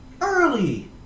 Early